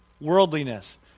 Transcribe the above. worldliness